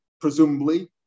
presumably